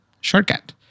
shortcut